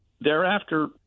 Thereafter